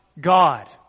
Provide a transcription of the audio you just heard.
God